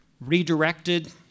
redirected